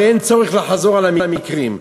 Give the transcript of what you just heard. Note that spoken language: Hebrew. ואין צורך לחזור על המקרים.